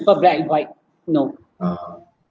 because black and white no